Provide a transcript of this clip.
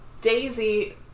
Daisy